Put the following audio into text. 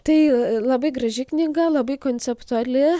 tai labai graži knyga labai konceptuali